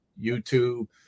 YouTube